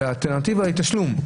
אלא שהאלטרנטיבה היא תשלום.